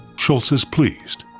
shultz is pleased.